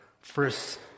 First